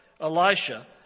Elisha